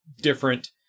different